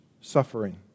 suffering